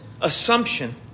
assumption